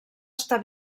està